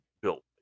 built